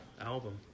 album